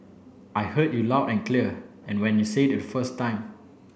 I heard you loud and clear and when you said it the first time